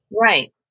Right